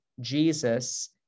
Jesus